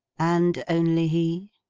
and only he?